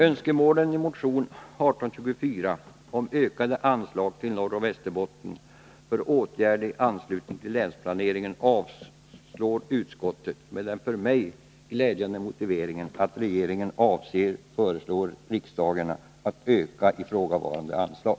Önskemålen i motion 1824 om ökade anslag till Norroch Västerbotten för åtgärder i anslutning till länsplaneringen avstyrker utskottet med den för mig glädjande motiveringen att regeringen avser föreslå riksdagen att öka ifrågavarande anslag.